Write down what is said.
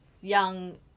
young